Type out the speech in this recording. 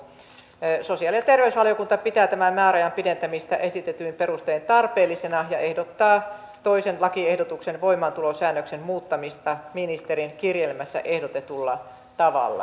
sosiaali ja terveysvaliokunta pitää tämän määräajan pidentämistä esitetyin perustein tarpeellisena ja ehdottaa toisen lakiehdotuksen voimaantulosäännöksen muuttamista ministerin kirjelmässä ehdotetulla tavalla